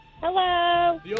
Hello